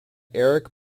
erik